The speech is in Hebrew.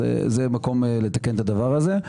אז זה המקום לתקן את הדבר הזה.